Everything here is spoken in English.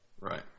Right